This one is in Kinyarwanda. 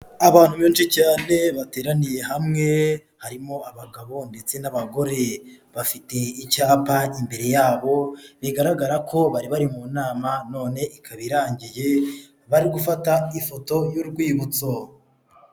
Abantu benshi cyane bateraniye hamwe harimo abagabo ndetse n'abagore, bafite icyapa imbere yabo bigaragara ko bari bari mu nama none ikaba irangiye, bari gufata ifoto y'urwibutso.